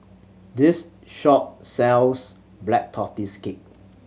this shop sells Black Tortoise Cake